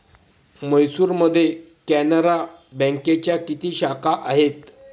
म्हैसूरमध्ये कॅनरा बँकेच्या किती शाखा आहेत?